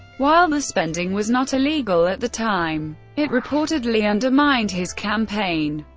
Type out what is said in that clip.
while the spending was not illegal at the time, it reportedly undermined his campaign.